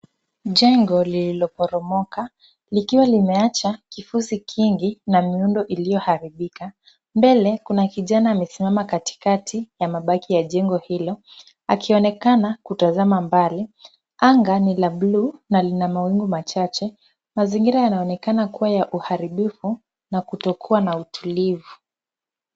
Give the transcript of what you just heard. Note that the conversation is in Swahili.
Jengo lililoporomoka likiwa limeacha kifusi kingi na miundo iliyoharibika. Mbele kuna kijana amesimama katikati ya mabaki ya jengo hilo akionekana kutazama mbali. Anga ni la buluu na lina mawingu machache. Mazingira yanaonekana kuwa ya uharibifu na kutokuwa na utulivu.